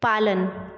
पालन